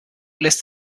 lässt